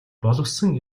боловсон